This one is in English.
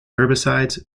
herbicides